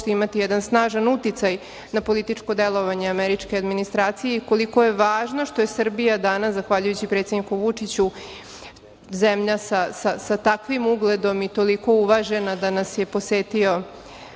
imati jedan snažan uticaj na političko delovanje američke administracije i koliko je važno što je Srbija danas zahvaljujući predsedniku Vučiću zemlja sa takvim ugledom i toliko uvažena da nas je posetio